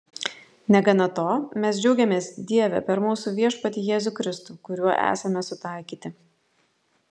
negana to mes džiaugiamės dieve per mūsų viešpatį jėzų kristų kuriuo esame sutaikyti